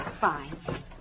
Fine